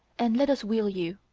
and let us wheel you.